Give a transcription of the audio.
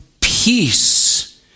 peace